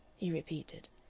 he repeated.